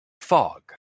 Fog